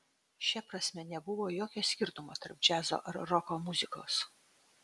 šia prasme nebuvo jokio skirtumo tarp džiazo ar roko muzikos